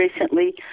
recently